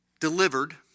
delivered